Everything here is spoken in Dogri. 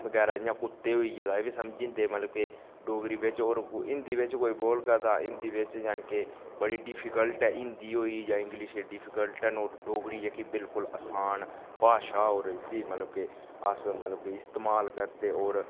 बगैरा जियां कुत्ते होई गे तां एह् बी समझी जंदे मतलब के डोगरी बिच्च होर हिन्दी बिच्च कोई बोलगा तां हिन्दी बिच्च जानि के बड़ी डिफिकल्ट ऐ हिन्दी होई गेई जां इंग्लिश डिफिकल्ट न होर डोगरी जेह्की बिल्कुल असान भाशा होर इसी मतलब के अस मतलब के इस्तमाल करदे होर